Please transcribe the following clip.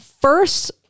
First